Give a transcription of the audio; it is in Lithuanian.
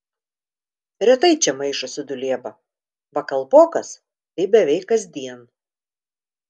retai čia maišosi dulieba va kalpokas tai beveik kasdien